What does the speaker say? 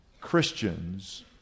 Christians